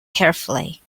carefully